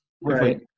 Right